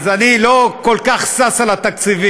אז אני לא כל כך שש לתקציבים.